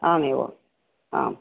आम् एव आम्